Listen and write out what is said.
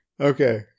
Okay